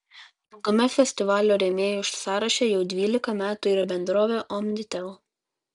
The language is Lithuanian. ilgame festivalio rėmėjų sąraše jau dvylika metų yra bendrovė omnitel